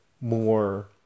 more